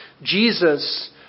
Jesus